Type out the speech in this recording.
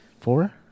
Four